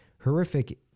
horrific